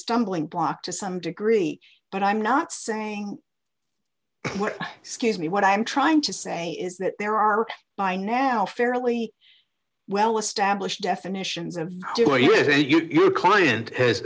stumbling block to some degree but i'm not saying what excuse me what i'm trying to say is that there are by now fairly well established definitions of joy that your client has